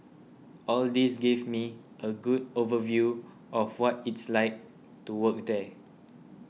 all this gave me a good overview of what it's like to work there